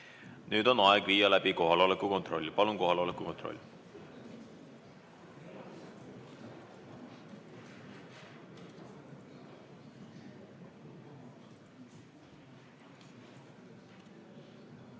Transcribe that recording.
On aeg viia läbi kohaloleku kontroll. Palun kohaloleku kontroll!